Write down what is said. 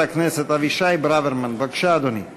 הכנסת אברהם מיכאלי התכוון להצביע בעד.